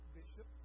bishop